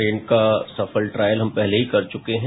train का सफल trial हम पहले ही कर चुके हैं